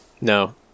no